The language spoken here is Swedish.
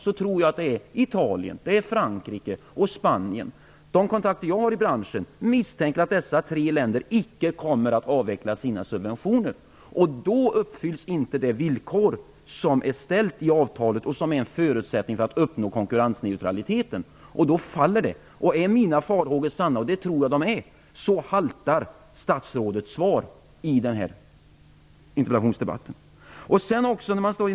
Som jag tolkar det, Sten Andersson, tror jag att det är Italien, De kontakter jag har i branschen misstänker att dessa tre länder icke kommer att avveckla sina subventioner. Då uppfylls inte det villkor som är ställt i avtalet och som är en förutsättning för att man skall uppnå konkurrensneutraliteten. Då faller avtalet. Är mina farhågor sanna, och det tror jag att de är, haltar statsrådets svar i denna interpellationsdebatt.